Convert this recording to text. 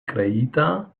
kreita